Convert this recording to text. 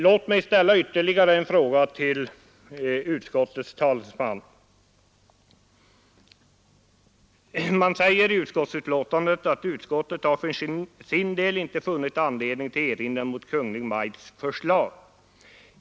Låt mig ställa ytterligare en fråga till utskottets talesman. Det står i betänkandet: ”Utskottet har för sin del inte funnit anledning till erinran mot Kungl. Maj:ts förslag.